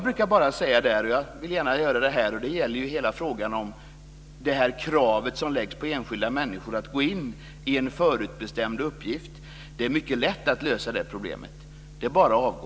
När det gäller detta krav som läggs på enskilda människor att de ska gå in i en förutbestämd uppgift vill jag bara säga att det är mycket lätt att lösa det problemet. Det är bara att avgå.